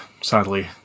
sadly